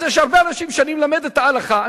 אז יש הרבה אנשים שכשאני מלמד את ההלכה,